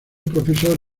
profesor